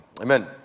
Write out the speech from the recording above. Amen